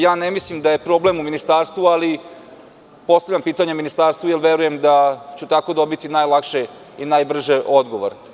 Ja ne mislim da je problem u Ministarstvu, ali postavljam pitanje Ministarstvu, jer verujem da ću tako dobiti najlakše i najbrže odgovor.